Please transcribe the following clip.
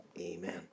Amen